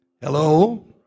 Hello